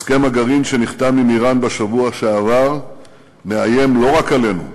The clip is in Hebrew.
הסכם הגרעין שנחתם עם איראן בשבוע שעבר מאיים לא רק עלינו,